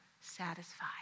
satisfied